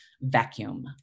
vacuum